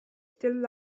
still